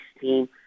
team